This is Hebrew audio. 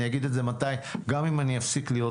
אני אגיד את זה גם אם אני אפסיק להיות